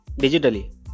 digitally